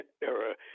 era